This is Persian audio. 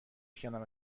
شکنم